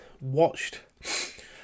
Watched